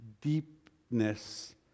deepness